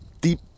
deep